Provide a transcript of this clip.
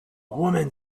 woman